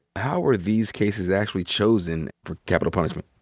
how are these cases actually chosen for capital punishment?